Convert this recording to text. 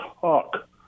talk